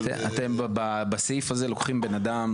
--- אבל אתם בסעיף הזה לוקחים בן אדם,